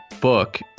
book